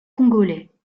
congolais